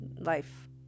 life